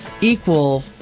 equal